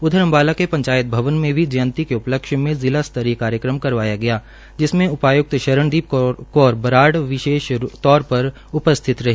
उधर अम्बाला के पंचायत भवन में भी जंयती के उपलक्ष्य में जिला स्तरीय कार्यक्रम करवाया गया जिसमें उपायुक्त शरणदीप कौर बराड़ विशेष तौर पर उपस्थित रही